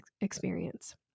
experience